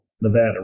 Nevada